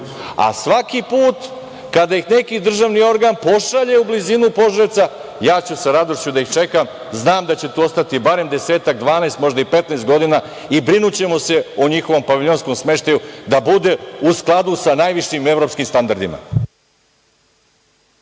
Svaki put kada ih neki državni organ pošalje u blizinu Požarevca, ja ću sa radošću da ih čekam, znam da će tu ostati barem 10, 12, možda i 15 godina, i brinućemo se o njihovom paviljonskom smeštaju da bude u skladu sa najvišim evropskim standardima.